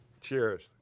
Cheers